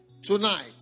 Tonight